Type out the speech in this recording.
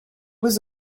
was